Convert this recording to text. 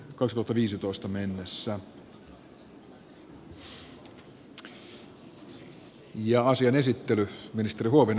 asian esittely ministeri huovinen olkaa hyvä